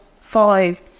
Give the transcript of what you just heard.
five